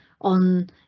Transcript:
on